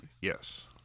Yes